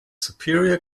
superior